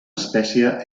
espècie